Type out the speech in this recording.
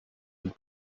had